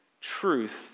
truth